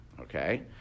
Okay